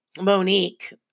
Monique